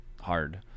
hard